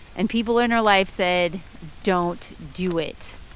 and people in her life said don't do it.